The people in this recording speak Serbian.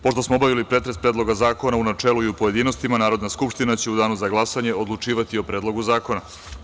Pošto smo obavili pretres Predloga zakona u načelu i u pojedinostima, Narodna skupština će u danu za glasanje odlučivati o Predlogu zakona.